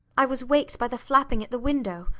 i was waked by the flapping at the window,